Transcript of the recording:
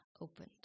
opened